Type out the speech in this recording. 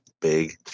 big